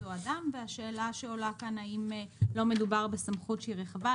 האדם והשאלה שעולה כאן היא האם לא מדובר בסמכות שהיא רחבה,